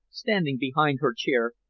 standing behind her chair,